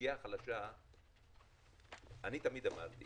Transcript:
האוכלוסייה החלשה אני תמיד אמרתי